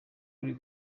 buri